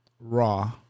raw